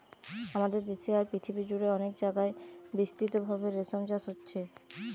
আমাদের দেশে আর পৃথিবী জুড়ে অনেক জাগায় বিস্তৃতভাবে রেশম চাষ হচ্ছে